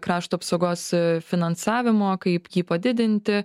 krašto apsaugos finansavimo kaip jį padidinti